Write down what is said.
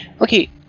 Okay